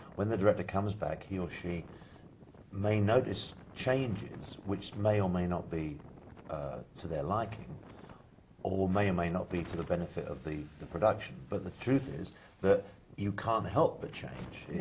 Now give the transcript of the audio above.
when the director comes back he or she may notice changes which may or may not be to their liking or may or may not be to the benefit of the, the production. but the truth is that you can't help but change. yeah.